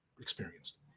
experienced